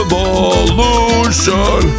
Revolution